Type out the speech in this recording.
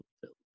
fulfilled